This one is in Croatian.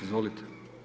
Izvolite.